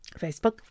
Facebook